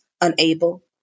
unable